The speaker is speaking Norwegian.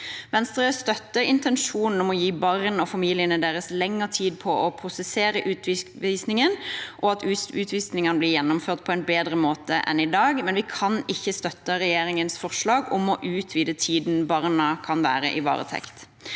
Venstre støtter intensjonen om å gi barn og familiene deres lenger tid til å prosessere utvisningen, og at utvisningene blir gjennomført på en bedre måte enn i dag, men vi kan ikke støtte regjeringens forslag om å utvide tiden barna kan være i varetekt.